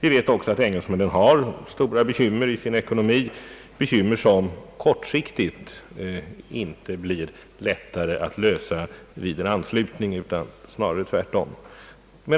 Man vet också att engelsmännen har stora bekymmer för sin ekonomi, problem som kortsiktigt inte blir lättare att lösa vid en anslutning, utan snarare tvärtom.